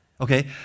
okay